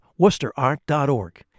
worcesterart.org